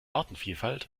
artenvielfalt